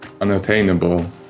unattainable